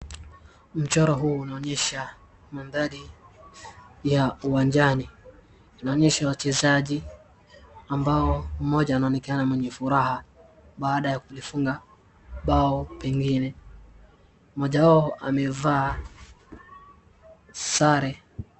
Unaonyesha manthari ya uwanjani. unaonyesha wachezaji ambao mmoja anaonekana mwenye furaha baada ya kulifunga bao pengine. Mmoja wao amevaa sare.